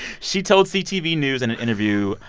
she told ctv news in an interview,